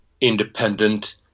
independent